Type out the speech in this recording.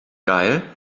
geil